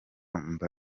mba